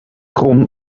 grond